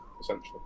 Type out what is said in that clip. essentially